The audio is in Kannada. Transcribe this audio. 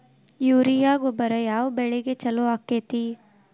ಯೂರಿಯಾ ಗೊಬ್ಬರ ಯಾವ ಬೆಳಿಗೆ ಛಲೋ ಆಕ್ಕೆತಿ?